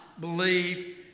believe